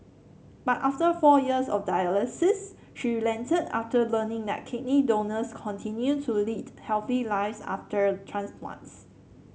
but after four years of dialysis she relented after learning that kidney donors continue to lead healthy lives after transplants